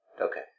Okay